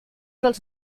dels